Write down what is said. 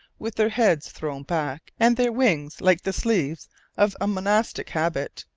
with their heads thrown back and their wings like the sleeves of a monastic habit,